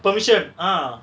permission ah